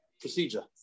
procedure